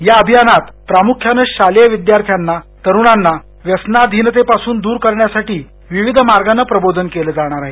या अभियानात प्रामुख्यानं शालेय विद्यार्थ्यांना तरुणांना व्यसनाधीनतेपासून दूर करण्यासाठी विविध मार्गानं प्रबोधन केलं जाणार आहे